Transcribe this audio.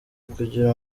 kugira